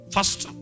First